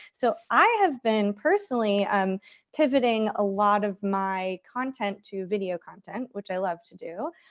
so i have been personally um pivoting a lot of my content to video content, which i love to do.